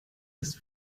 ist